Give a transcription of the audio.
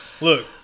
Look